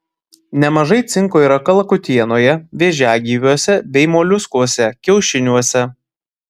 nemažai cinko yra kalakutienoje vėžiagyviuose bei moliuskuose kiaušiniuose